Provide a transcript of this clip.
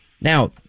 now